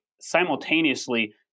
simultaneously